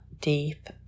deep